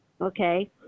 okay